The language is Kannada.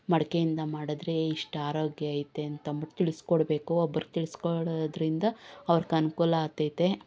ಮಡ್ಕೆಯಿಂದ ಮಾಡಿದ್ರೆ ಇಷ್ಟು ಆರೋಗ್ಯ ಐತೆ ಅಂತಂದ್ಬಿಟ್ಟು ತಿಳಿಸ್ಕೊಡ್ಬೇಕು ಒಬ್ರಿಗೆ ತಿಳಿಸ್ಕೊಡೋದ್ರಿಂದ ಅವ್ರಿಗೆ ಅನುಕೂಲ ಆಗ್ತೈತೆ